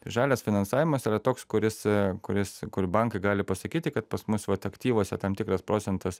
tai žalias finansavimas yra toks kuris kuris kur bankai gali pasakyti kad pas mus vat aktyvuose tam tikras procentas